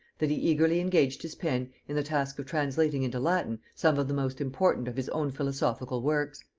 that he eagerly engaged his pen in the task of translating into latin some of the most important of his own philosophical works.